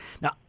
Now